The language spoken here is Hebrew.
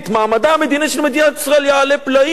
מעמדה המדיני של מדינת ישראל יעלה פלאים,